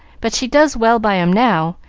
but she does well by em now,